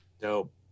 Dope